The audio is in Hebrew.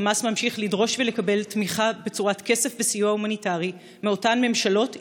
חמאס ממשיך לדרוש ולקבל תמיכה בצורת כסף וסיוע הומניטרי מאותן ממשלות,